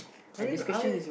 I mean I